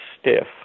stiff